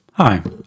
Hi